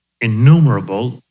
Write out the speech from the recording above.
innumerable